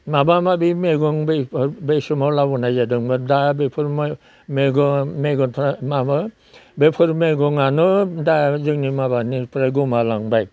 माबा माबि मैगं बै बै समाव लाबोनाय जादोंमोन दा बेफोर मैगं मैगंनफ्रा माबा बेफोर मैगङानो दा जोंनि माबानिफ्राय गुमालांबाय